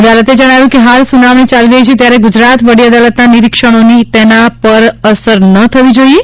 અદાલતે જણાવ્યું કે હાલ સુનાવણી ચાલી રહી છે ત્યારે ગુજરાત વડી અદાલતના નિરીક્ષણોની તેના પર અસર ન થવી જોઇએ